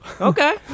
Okay